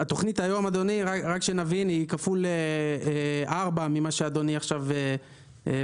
התוכנית היום היא כפול 4 ממה שאדוני עכשיו מציע.